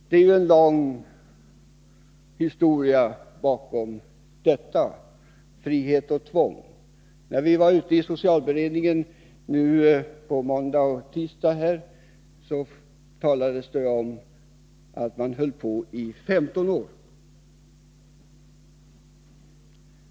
Det är ju en lång historia bakom detta om frihet och tvång. I måndags och tisdags fick vi i socialberedningen höra talas om att man hållit på med denna fråga i 15 år.